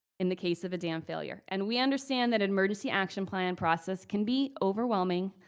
in the case of a dam failure. and we understand that an emergency action plan process can be overwhelming,